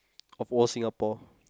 of all Singapore